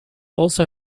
also